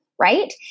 right